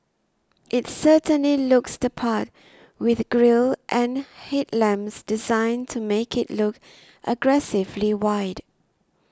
it certainly looks the part with grille and headlamps designed to make it look aggressively wide